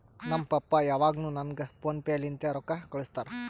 ನಮ್ ಪಪ್ಪಾ ಯಾವಾಗ್ನು ನಂಗ್ ಫೋನ್ ಪೇ ಲಿಂತೆ ರೊಕ್ಕಾ ಕಳ್ಸುತ್ತಾರ್